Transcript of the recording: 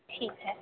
ठीक है